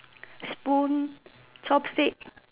spoon chopstick